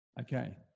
Okay